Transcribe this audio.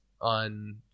on